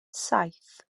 saith